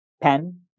pen